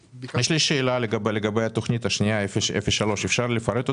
שאלה לגבי התוכנית השנייה, 03. אפשר לפרט אותה?